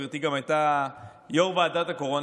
גברתי גם הייתה יו"ר ועדת הקורונה.